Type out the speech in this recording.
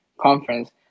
Conference